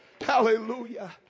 Hallelujah